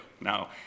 No